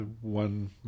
one